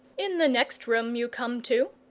in the next room you come to,